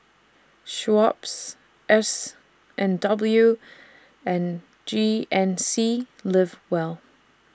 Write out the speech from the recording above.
Schweppes S and W and G N C Live Well